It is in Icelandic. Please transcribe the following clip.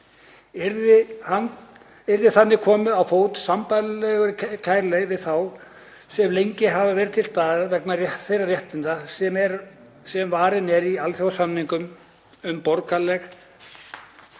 Yrði þannig komið á fót sambærilegri kæruleið við þá sem lengi hefur verið til staðar vegna þeirra réttinda sem varin eru í alþjóðasamningi um borgaraleg